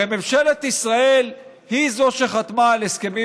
הרי ממשלת ישראל היא זו שחתמה על הסכמים